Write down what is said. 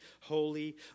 holy